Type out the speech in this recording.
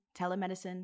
telemedicine